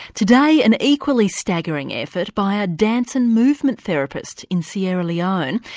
today an equally staggering effort by a dance and movement therapist in sierra leone,